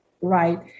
right